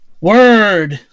word